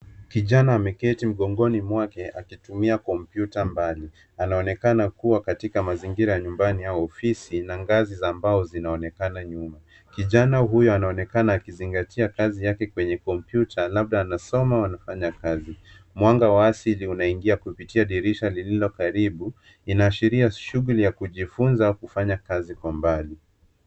Kijana ameketi mgongoni mwake akitumia kompyuta mbali. Anaonekana kuwa katika mazingira ya nyumbani au ofisi na ngazi za mbao zinaonekana nyuma. kijana huyu anaonekana akizingatia kazi yake kwenye kompyuta, labda anasoma au anafanya kazi. Mwanga wa asili unaingia kupitia dirisha lililo karibu, Inaashiria shughuli ya kujifunza kufanya kazi kwa mbali.